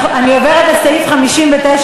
רק שנאה.